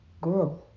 grow